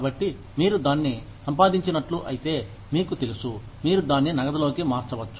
కాబట్టి మీరు దాన్ని సంపాదించినట్లు అయితే మీకు తెలుసు మీరు దాన్ని నగదులోకి మార్చవచ్చు